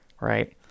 right